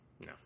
No